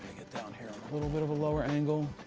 get down here a little bit of a lower angle.